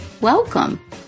Welcome